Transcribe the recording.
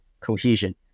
cohesion